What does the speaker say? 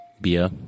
Beer